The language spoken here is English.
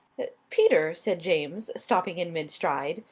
peter, said james, stopping in mid-stride.